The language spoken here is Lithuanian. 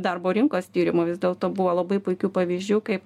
darbo rinkos tyrimų vis dėlto buvo labai puikių pavyzdžių kaip